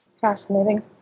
Fascinating